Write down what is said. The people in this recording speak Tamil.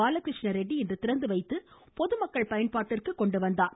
பாலகிருஷ்ணரெட்டி இன்று திறந்து வைத்து பொதுமக்கள் பயன்பாட்டிற்கு கொண்டு வந்தார்